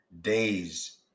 days